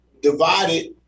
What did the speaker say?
divided